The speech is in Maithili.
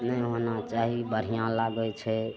नहि होना चाही बढ़िआँ लागय छै